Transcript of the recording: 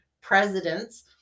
presidents